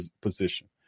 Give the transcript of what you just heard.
position